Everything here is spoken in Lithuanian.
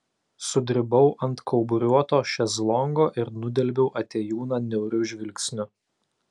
sudribau ant kauburiuoto šezlongo ir nudelbiau atėjūną niauriu žvilgsniu